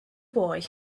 boy